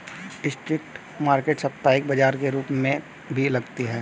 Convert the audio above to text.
street market साप्ताहिक बाजार के रूप में भी लगते हैं